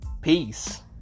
peace